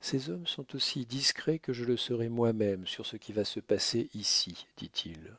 ces hommes sont aussi discrets que je le serai moi-même sur ce qui va se passer ici dit-il